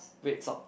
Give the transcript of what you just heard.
red socks